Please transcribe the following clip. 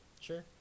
sure